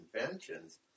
inventions